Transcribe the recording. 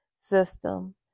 system